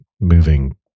moving